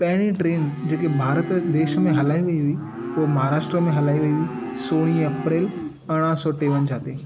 पहिरीं ट्रेन जेकी भारत देश में हलाई वई हुई उहो महाराष्ट्रा में हलाई वई हुई सोरहीं अप्रेल अरिड़हं सौ टेवंजाहु ते